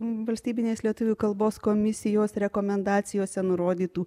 valstybinės lietuvių kalbos komisijos rekomendacijose nurodytų